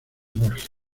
borgia